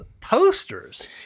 Posters